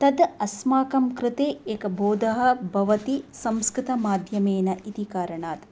तत् अस्माकं कृते एकः बोधः भवति संस्कृतमाध्यमेन इति कारणात्